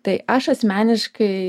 tai aš asmeniškai